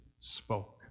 spoke